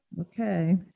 Okay